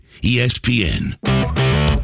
ESPN